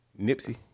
Nipsey